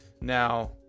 Now